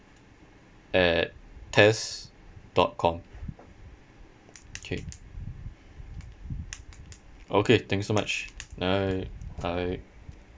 at test dot com okay okay thank you so much bye bye